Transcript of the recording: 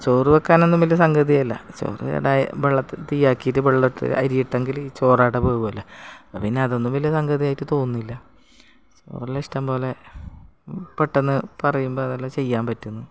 ചോറ് വെക്കാനൊന്നും വലിയ സംഗതിയല്ല ചോറ് വേകുക വെള്ളത്തിൽ തീയാക്കിയിട്ട് വെള്ളത്തിൽ അരിയിട്ടെങ്കിൽ ഈ ചോറാടെ വേകുമല്ലോ അപ്പം പിന്നെ അതൊന്നും വലിയ സംഗതിയായിട്ടു തോന്നുന്നില്ല ചോറെല്ലാം ഇഷ്ടം പോലെ പെട്ടെന്നു പറയുമ്പം അതെല്ലാം ചെയ്യാൻ പറ്റുന്നു